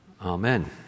Amen